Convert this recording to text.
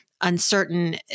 uncertain